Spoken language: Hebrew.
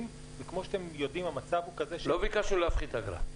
וכמו שאתם יודעים המצב הוא כזה ש --- לא ביקשנו להפחית אגרה.